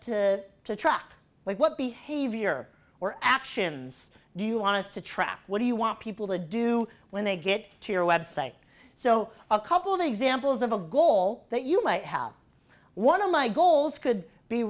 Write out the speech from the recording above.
t to track what behavior or actions do you want to trap what do you want people to do when they get to your website so a couple of examples of a goal that you might have one of my goals could be